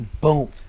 boom